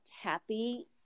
happy